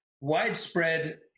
widespread